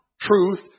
truth